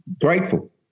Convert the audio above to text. grateful